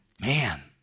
man